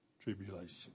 tribulation